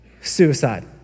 suicide